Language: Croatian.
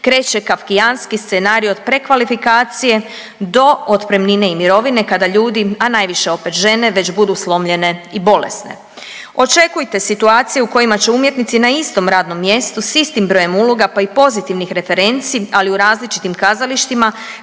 kreće Kafkijanski scenarij od prekvalifikacije do otpremnine i mirovine kada ljudi, a najviše opet žene već budu slomljene i bolesne. Očekujte situacije u kojima će umjetnici na istom radnom mjestu s istim brojem uloga, pa i pozitivnih referenci, ali u različitim kazalištima